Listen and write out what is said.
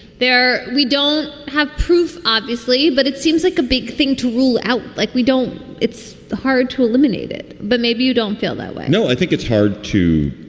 there we don't have proof, obviously, but it seems like a big thing to rule out. like we don't. it's hard to eliminate it. but maybe you don't feel that way no, i think it's hard to.